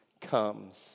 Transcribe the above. Comes